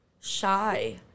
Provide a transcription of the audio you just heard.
shy